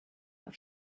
auf